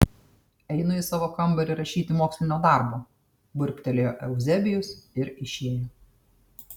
einu į savo kambarį rašyti mokslinio darbo burbtelėjo euzebijus ir išėjo